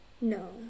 No